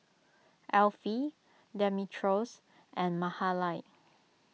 Elfie Demetrios and Mahalie